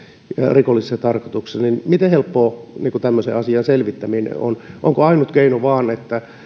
rikollisessa tarkoituksessa miten helppoa tämmöisen asian selvittäminen on onko ainut keino vain että